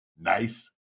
Nice